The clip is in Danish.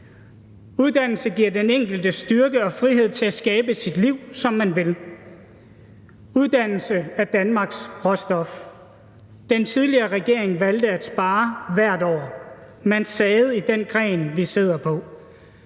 Uddannelse giver den enkelte styrke og frihed til at skabe sit liv, som man vil. Uddannelse er Danmarks råstof. Den tidligere regering valgte at spare hvert år. Man savede i den gren, vi sidder på.